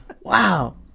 wow